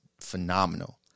phenomenal